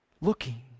looking